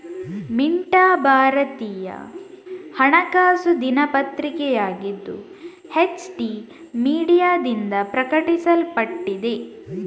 ಮಿಂಟಾ ಭಾರತೀಯ ಹಣಕಾಸು ದಿನಪತ್ರಿಕೆಯಾಗಿದ್ದು, ಎಚ್.ಟಿ ಮೀಡಿಯಾದಿಂದ ಪ್ರಕಟಿಸಲ್ಪಟ್ಟಿದೆ